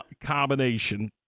combination